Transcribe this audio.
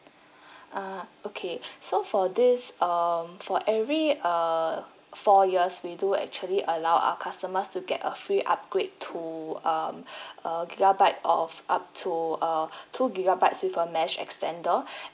ah okay so for this um for every err four years we do actually allow our customers to get a free upgrade to um a gigabyte of up to err two gigabytes with a mesh extender